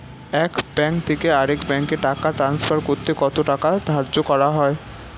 এক ব্যাংক থেকে আরেক ব্যাংকে টাকা টান্সফার করতে কত টাকা ধার্য করা হয়?